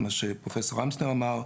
כפי שפרופסור אמסטר אמר,